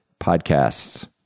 podcasts